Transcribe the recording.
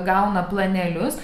gauna planelius